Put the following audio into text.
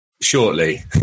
shortly